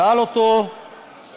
שאל אותו היושב-ראש: